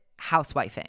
housewifing